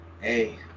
hey